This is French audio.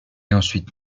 ensuite